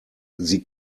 sie